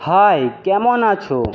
high কেমন আছো